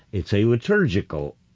it's a liturgical,